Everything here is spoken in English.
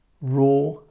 Raw